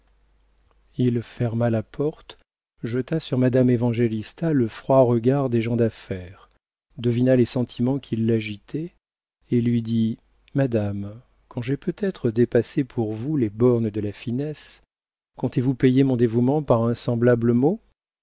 il ferma la porte jeta sur madame évangélista le froid regard des gens d'affaires devina les sentiments qui l'agitaient et lui dit madame quand j'ai peut-être dépassé pour vous les bornes de la finesse comptez-vous payer mon dévouement par un semblable